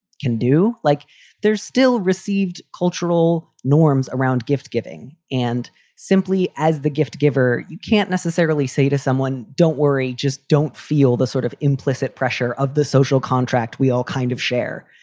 can do like there's still received cultural norms around gift giving and simply as the gift giver, you can't necessarily say to someone, don't worry. just don't feel the sort of implicit pressure of the social contract we all kind of share.